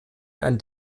ein